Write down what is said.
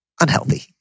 unhealthy